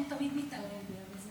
הוא תמיד מתערב לי.